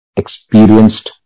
experienced